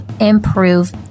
improve